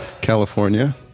California